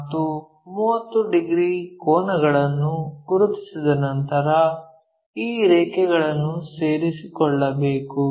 ಮತ್ತು 30 ಡಿಗ್ರಿ ಕೋನಗಳನ್ನು ಗುರುತಿಸಿದ ನಂತರ ಈ ರೇಖೆಗಳನ್ನು ಸೇರಿಕೊಳ್ಳಬೇಕು